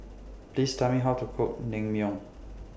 Please Tell Me How to Cook Naengmyeon